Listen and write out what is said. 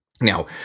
Now